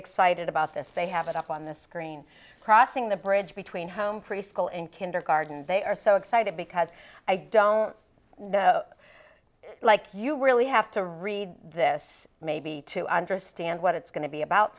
excited about this they have it up on the screen crossing the bridge between home preschool and kindergarten they are so excited because i don't know like you really have to read this maybe to understand what it's going to be about